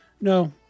No